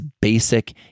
basic